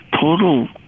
total